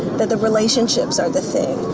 the the relationships are the same.